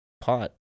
pot